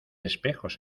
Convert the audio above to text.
espejos